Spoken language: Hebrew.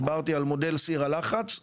דיברתי על מודל סיר הלחץ,